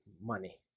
money